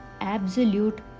absolute